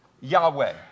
Yahweh